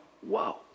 Whoa